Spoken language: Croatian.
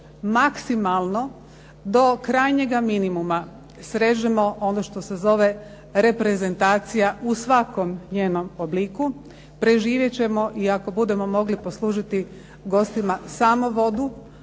maksimalno do krajnjega minimuma srežemo ono što se zove reprezentacija u svakom njenom obliku, preživjet ćemo i ako budemo mogli poslužiti gostima samo vodu,